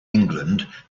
england